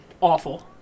awful